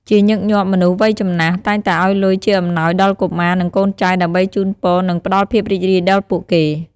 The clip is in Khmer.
ជាញឹកញាប់ មនុស្សវ័យចំណាស់ តែងតែឱ្យលុយជាអំណោយដល់កុមារ និងកូនចៅ ដើម្បីជូនពរ និងផ្ដល់ភាពរីករាយដល់ពួកគេ។